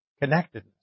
connectedness